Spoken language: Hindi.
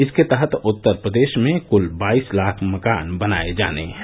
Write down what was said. इसके तहत उत्तरप्रदेश में कुल बाईस लाख मकान बनाए जाने हैं